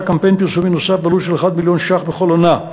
קמפיין פרסומי נוסף בעלות של 1 מיליון ש"ח בכל עונה.